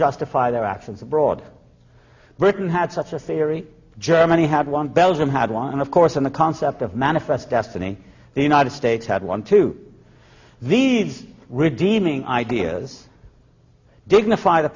justify their absence abroad britain had such a theory germany had won belgium had won and of course on the concept of manifest destiny the united states had won to these redeeming ideas dignify the